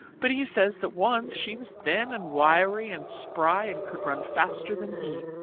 but he says that once she was thin and wiry and spry and could run faster than he.